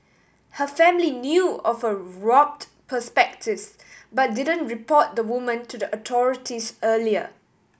her family knew of her warped perspectives but didn't report the woman to the authorities earlier